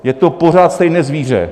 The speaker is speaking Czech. Je to pořád stejné zvíře.